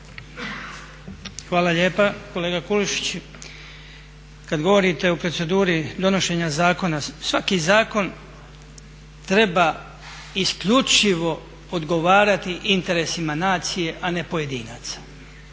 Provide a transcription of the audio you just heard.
Hvala lijepa. Kolega Kulušić, kad govorite o proceduri donošenja zakona, svaki zakon treba isključivo odgovarati interesima nacije, a ne pojedinaca.